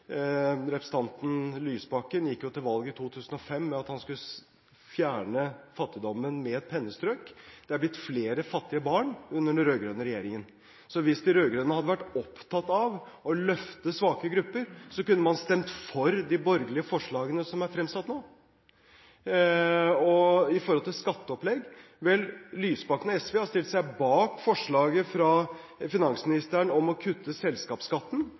Representanten Lysbakken gikk til valg i 2005 med at han skulle fjerne fattigdommen med et pennestrøk. Det er blitt flere fattige barn under den rød-grønne regjeringen. Så hvis de rød-grønne hadde vært opptatt av å løfte svake grupper, kunne de stemt for de borgerlige forslagene som er fremsatt nå. Når det gjelder skatteopplegg, har Lysbakken og SV stilt seg bak forslaget fra finansministeren om å kutte selskapsskatten.